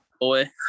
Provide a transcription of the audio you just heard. Boy